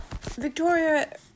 Victoria